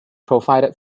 provided